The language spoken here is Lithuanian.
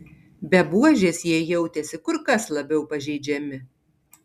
be buožės jie jautėsi kur kas labiau pažeidžiami